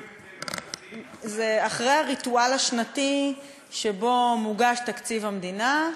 זה אחרי הריטואל השנתי שבו מוגש תקציב המדינה,